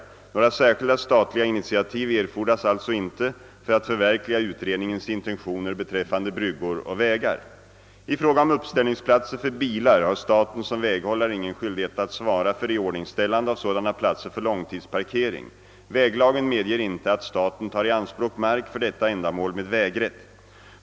Några särskilda statliga initiativ erfordras alltså inte för att förverkliga utredningens intentioner beträffande bryggor och vägar. I fråga om uppställningsplatser för bilar har staten som väghållare ingen skyldighet att svara för iordningställande av sådana platser för långtidsparkering. Väglagen medger inte att staten tar i anspråk mark för detta ändamål med vägrätt.